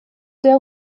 der